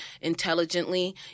intelligently